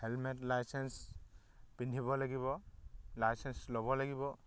helmet licence পিন্ধিব লাগিব licence ল'ব লাগিব